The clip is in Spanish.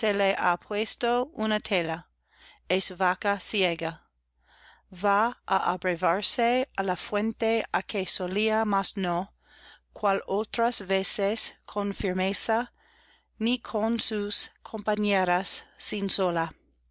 le ha puesto una tela es vaca ciega va á abrevarse á la fuente á que solía mas no cual otras veces con firmeza ni con sus compañeras sino sola